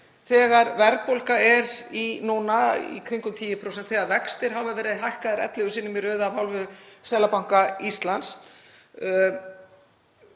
þegar verðbólga er núna í kringum 10%, þegar vextir hafa verið hækkaðir ellefu sinnum í röð af hálfu Seðlabanka Íslands,